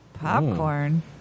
popcorn